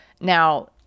Now